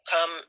come